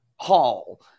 hall